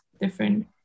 different